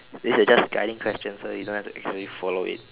this is just guiding question so you don't have to exactly follow it